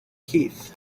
keith